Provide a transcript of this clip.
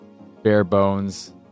bare-bones